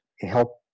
help